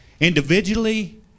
Individually